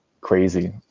crazy